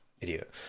Idiot